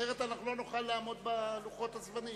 אחרת אנחנו לא נוכל לעמוד בלוח הזמנים.